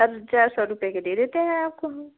अब चार सौ रुपए के दे देते हैं आपको हम